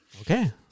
Okay